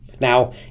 Now